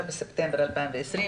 ה-14 בספטמבר 2020,